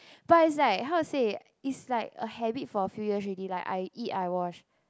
but is like how to say is like a habit for a few years already like I eat I wash